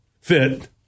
fit